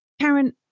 Karen